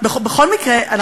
בכל מקרה,